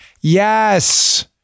Yes